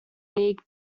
league